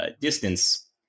distance